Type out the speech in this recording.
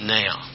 now